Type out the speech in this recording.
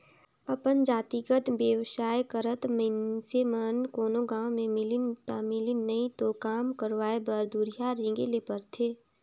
अपन जातिगत बेवसाय करत मइनसे मन कोनो गाँव में मिलिन ता मिलिन नई तो काम करवाय बर दुरिहां रेंगें ले परथे